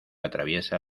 atraviesa